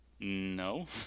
No